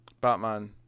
Batman